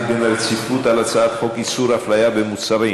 דין רציפות על הצעת חוק איסור הפליה במוצרים,